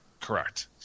correct